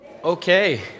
Okay